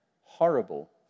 horrible